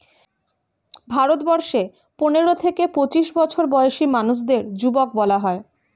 ভারতবর্ষে পনেরো থেকে পঁচিশ বছর বয়সী মানুষদের যুবক বলা হয়